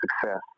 success